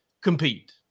compete